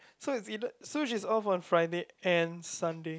so is either so she is off on Friday and Sunday